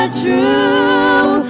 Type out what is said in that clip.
true